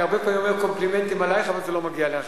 אני הרבה פעמים אומר קומפלימנטים עלייך אבל זה לא מגיע אלייך,